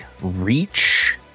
reach